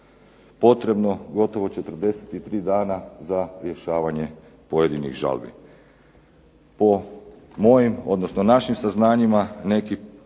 potrebno gotovo 43 dana za rješavanje pojedinih žalbi. Po mojim, odnosno našim saznanjima neke